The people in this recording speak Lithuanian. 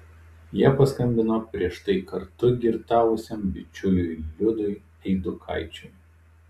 jie paskambino prieš tai kartu girtavusiam bičiuliui liudui eidukaičiui